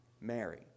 Mary